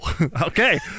Okay